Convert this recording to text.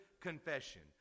confession